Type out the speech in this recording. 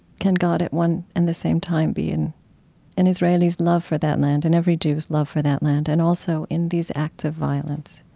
can god, at one and the same time, be in an israeli's love for that land and every jew's love for that land, and also in these acts of violence,